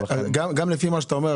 ולכן --- גם לפי מה שאתה אומר,